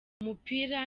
umupira